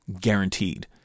Guaranteed